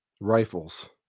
rifles